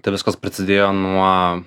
tai viskas prasidėjo nuo